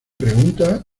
pregunta